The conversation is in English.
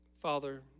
Father